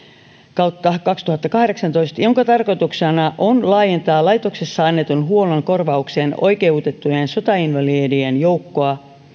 kautta kaksituhattakahdeksantoista jonka tarkoituksena on laajentaa laitoksessa annetun huollon korvaukseen oikeutettujen sotainvalidien joukkoa